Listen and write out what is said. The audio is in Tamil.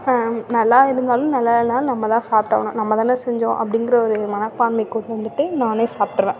நல்லா இருந்தாலும் நல்லா இல்லைனாலும் நம்ம தான் சாப்ட்டாகணும் நம்ம தான் செஞ்சோம் அப்படிங்கிற ஒரு மனப்பான்மைக்கு வந்துட்டு நானே சாப்பிட்ருவேன்